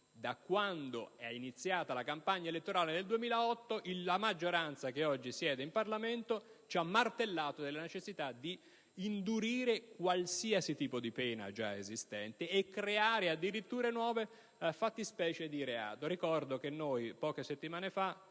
da quando è iniziata la campagna elettorale del 2008 la maggioranza che oggi siede in Parlamento ci ha martellato con la necessità di inasprire qualsiasi pena già esistente e di introdurre addirittura nuove fattispecie di reato. Ricordo che poche settimane fa,